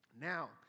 Now